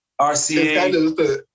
RCA